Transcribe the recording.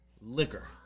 liquor